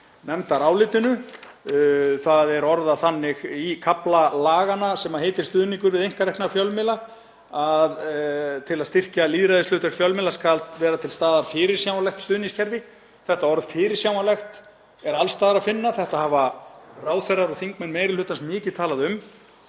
nefndarálitinu, það er orðað þannig í kafla laganna, sem heitir Stuðningur við einkarekna fjölmiðla, að til að styrkja lýðræðishlutverk fjölmiðla skuli vera til staðar fyrirsjáanlegt stuðningskerfi. Þetta orð, fyrirsjáanlegt, er alls staðar að finna. Þetta hafa ráðherrar og þingmenn meiri hlutans mikið talað um.